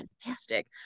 fantastic